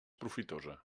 profitosa